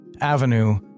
avenue